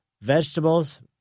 vegetables